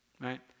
right